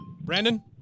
Brandon